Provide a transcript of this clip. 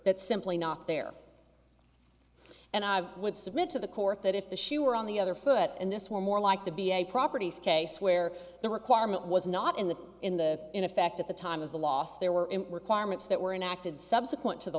that's simply not there and i would submit to the court that if the shoe were on the other foot and this were more like to be a properties case where the requirement was not in the in the in effect at the time of the loss they were in requirements that were enacted subsequent to the